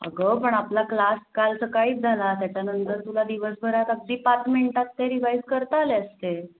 अगं पण आपला क्लास काल सकाळीच झाला त्याच्यानंतर तुला दिवसभरात अगदी पाच मिनटात ते रिवाईज करता आले असते